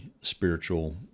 spiritual